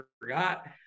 forgot